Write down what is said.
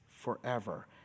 forever